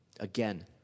Again